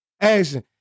Action